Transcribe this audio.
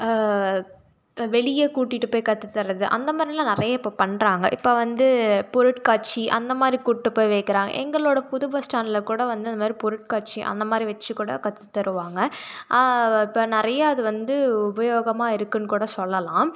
வெளியே கூட்டிகிட்டு போய் கற்றுத் தர்றது அந்தமாதிரில்லாம் நிறையா இப்போ பண்ணுறாங்க இப்போ வந்து பொருட்காட்சி அந்தமாதிரி கூட்டு போய் வைக்கிறாங்க எங்களோட புது பஸ்டாண்டில் கூட வந்து அந்தமாதிரி பொருட்காட்சி அந்த மாதிரி வச்சி கூட கற்றுத் தருவாங்க இப்போ நிறையா அது வந்து உபயோகமாக இருக்குன்னு கூட சொல்லலாம்